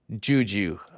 Juju